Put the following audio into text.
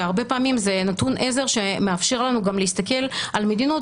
הרבה פעמים זה נתון עזר שמאפשר לנו גם להסתכל על מדינות,